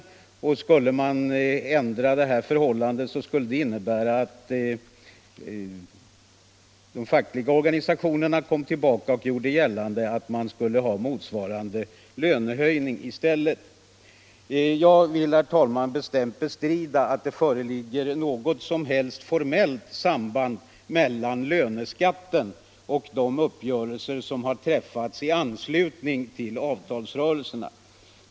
Skulle man ändra den, skulle det därför innebära att de fackliga organisationerna kom tillbaka och gjorde gällande Allmänpolitisk debatt Allmänpolitisk debatt 180 att de skulle ha motsvarande lönehöjning i stället. Jag vill, herr talman, bestämt bestrida att det föreligger något som helst formellt samband mellan löneskatten och de uppgörelser som har träffats i anslutning till avtalsrörelserna.